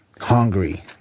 hungry